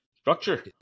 structure